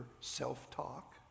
self-talk